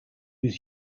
was